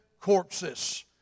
corpses